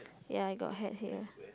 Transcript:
ya I got hat here